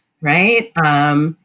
right